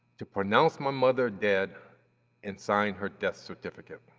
to pronounce my mother dead and sign her death certificate.